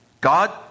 God